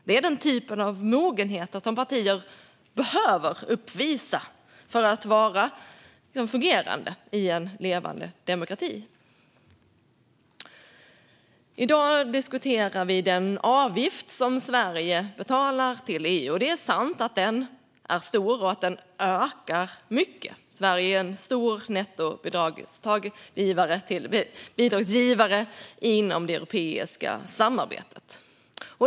Det är den typen av mogenhet som partier behöver uppvisa för att vara fungerande i en levande demokrati. I dag diskuterar vi den avgift som Sverige betalar till EU. Det är sant att den är stor och att den ökar mycket. Sverige är en stor nettobidragsgivare inom det europeiska samarbetet.